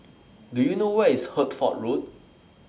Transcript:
Do YOU know Where IS Hertford Road